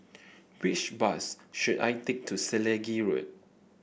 which bus should I take to Selegie Road